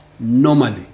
normally